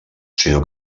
sinó